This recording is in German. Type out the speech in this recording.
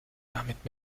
damit